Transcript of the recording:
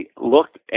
looked